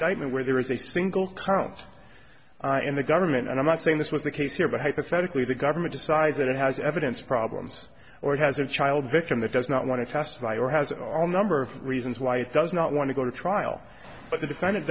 mean where there is a single count in the government and i'm not saying this was the case here but hypothetically the government decides that it has evidence problems or it has a child victim that does not want to testify or has it all number of reasons why it does not want to go to trial but the defendant